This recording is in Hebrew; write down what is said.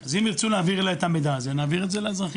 אז אם ירצו להעביר אליי את המידע הזה נעביר את זה לאזרחים,